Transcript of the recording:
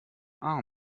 are